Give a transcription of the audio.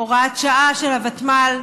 הוראת שעה של הוותמ"ל,